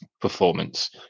performance